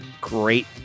great